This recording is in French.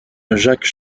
jacques